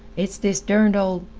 it's this derned old